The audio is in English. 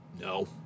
No